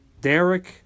Derek